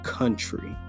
country